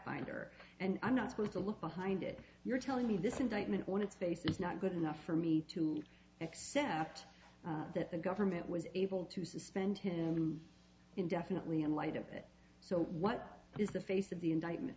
finder and i'm not supposed to look behind it you're telling me this indictment on its face is not good enough for me to accept that the government was able to suspend him indefinitely in light of that so what is the face of the indictment